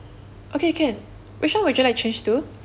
okay can which one would you like change to